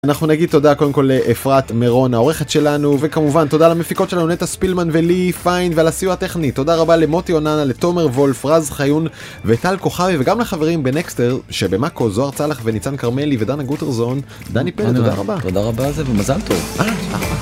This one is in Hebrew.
אנחנו נגיד תודה קודם כל לאפרת מרון העורכת שלנו, וכמובן תודה למפיקות שלנו נטע ספילמן ולי פיין. ועל הסיוע הטכני תודה רבה למוטי אוננה, לתומר וולף, רז חיון וטל כוכבי. וגם לחברים בנקסטר שבמאקו זוהר צלח וניצן כרמלי ודנה גוטרזון. דני פלד, תודה רבה. תודה רבה על זה ומזל טוב.